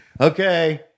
okay